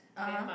(uh huh)